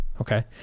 Okay